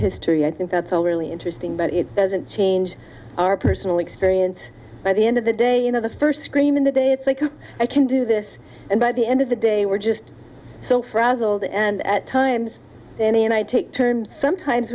history i think that's all really interesting but it doesn't change our personal experience by the end of the day you know the first scream in the day it's like oh i can do this and by the end of the day we're just so frazzled and at times annie and i take turns sometimes